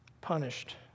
punished